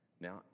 now